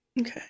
Okay